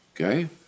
Okay